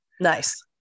nice